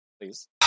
please